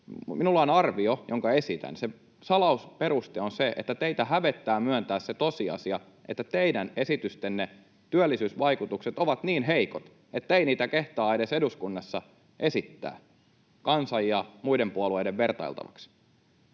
Minulla on arvio, jonka esitän: se salausperuste on se, että teitä hävettää myöntää se tosiasia, että teidän esitystenne työllisyysvaikutukset ovat niin heikot, että ei niitä edes kehtaa eduskunnassa esittää kansan ja muiden puolueiden vertailtaviksi.